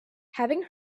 having